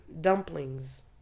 dumplings